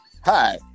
Hi